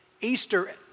Easter